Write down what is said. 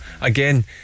again